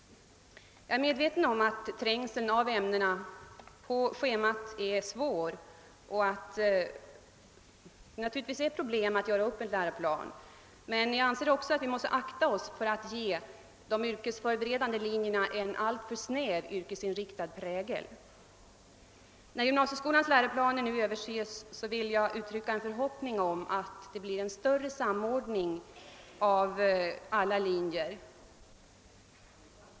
Jag är medveten om att trängseln mellan ämnena på schemat är svår och att det naturligtvis förekommer problem vid uppgörandet av en läroplan. Jag anser emellertid också att vi bör undvika att ge de yrkesförberedande linjerna en alltför snäv yrkesinriktad prägel. Jag vill uttrycka en förhoppning om att det i samband med översynen av gymnasieskolans läroplaner genomförs en större grad av samordning mellan alla linjer.